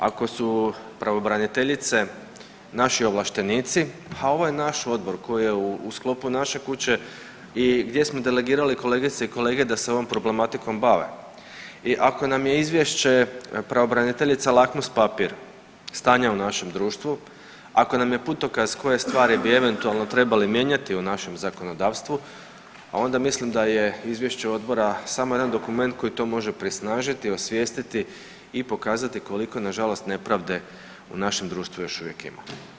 Ako su pravobraniteljice naši ovlaštenici, ha ovo je naš odbor koji je u sklopu naše kuće i gdje smo delegirali kolegice i kolege da se ovom problematikom bave i ako nam je izvješće pravobraniteljica lakmus papir stanja u našem društvu, ako nam je putokaz koje stvari bi eventualno trebali mijenjati u našem zakonodavstvu, onda mislim da je izvješće odbora samo jedan dokument koji to može prisnažiti, osvijestiti i pokazati koliko nažalost nepravde u našem društvu još uvijek ima.